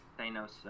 thanos